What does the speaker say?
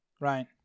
Right